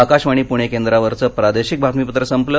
आकाशवाणी पणे केंद्रावरचं प्रादेशिक बातमीपत्र संपलं